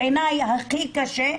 בעיני הכי קשה,